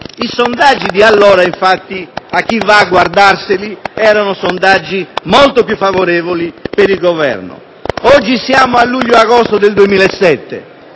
I sondaggi di allora, infatti (a chi va a guardarseli), erano molto più favorevoli per il Governo. Oggi siamo a luglio ed agosto del 2007